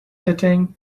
sitting